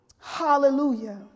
Hallelujah